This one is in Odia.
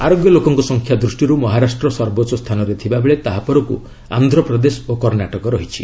ଆରୋଗ୍ୟ ଲୋକଙ୍କ ସଂଖ୍ୟା ଦୃଷ୍ଟିରୁ ମହାରାଷ୍ଟ୍ର ସର୍ବୋଚ୍ଚ ସ୍ଥାନରେ ଥିବାବେଳେ ତାହାପରକୁ ଆନ୍ଧ୍ରପ୍ରଦେଶ ଓ କର୍ଣ୍ଣାଟକ ରହିଛି